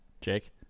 Jake